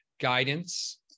guidance